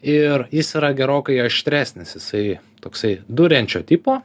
ir jis yra gerokai aštresnis jisai toksai duriančio tipo